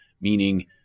Meaning